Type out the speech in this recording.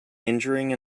injuring